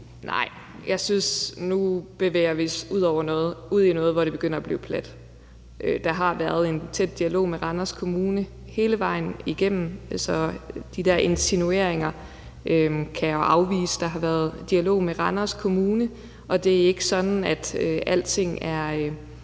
Nej – nu synes jeg, vi bevæger os ud i noget, hvor det begynder at blive plat. Der har været en tæt dialog med Randers Kommune hele vejen igennem, så de der insinuationer kan jeg afvise. Der har været en dialog med Randers Kommune. Og det er ikke sådan, at alting er